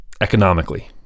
economically